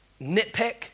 nitpick